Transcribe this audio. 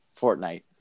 Fortnite